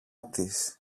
της